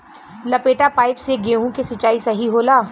लपेटा पाइप से गेहूँ के सिचाई सही होला?